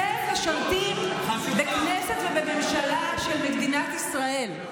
אתם משרתים בכנסת ובממשלה של מדינת ישראל,